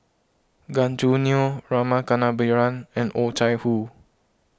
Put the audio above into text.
Gan Choo Neo Rama Kannabiran and Oh Chai Hoo